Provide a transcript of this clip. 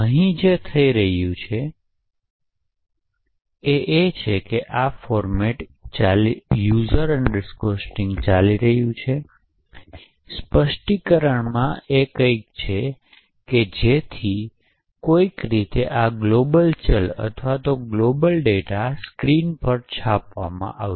અહીં જે થઈ રહ્યું છે તે છે કે આ ફોર્મેટચાલી રહ્યું છે user string સ્પષ્ટીકરણમાં કંઇક છે જેથી કોઈક રીતે આ ગ્લોબલ ચલ અથવા આ ગ્લોબલ ડેટા સ્ક્રીન પર છાપવામાં આવે